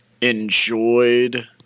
enjoyed